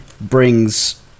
brings